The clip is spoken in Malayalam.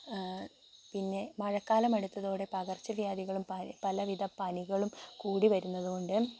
പിന്നെ മഴക്കാലം അടുത്തതോടെ പകര്ച്ചവ്യാധികളും പ് പലവിധ പനികളും കൂടി വരുന്നത്കൊണ്ട്